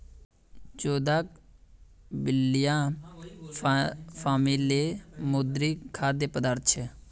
जोदाक बिब्लिया फॅमिलीर समुद्री खाद्य पदार्थ छे